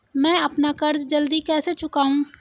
मैं अपना कर्ज जल्दी कैसे चुकाऊं?